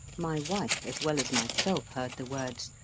my wife as well as myself heard the words,